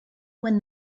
when